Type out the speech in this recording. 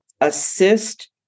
assist